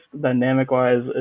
dynamic-wise